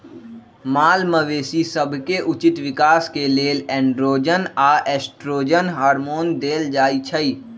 माल मवेशी सभके उचित विकास के लेल एंड्रोजन आऽ एस्ट्रोजन हार्मोन देल जाइ छइ